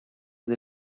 del